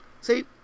See